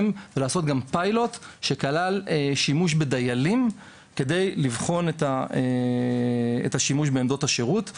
ולעשות גם פיילוט שכלל שימוש בדיילים כדי לבחון את השימוש בעמדות השירות,